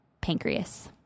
pancreas